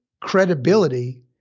credibility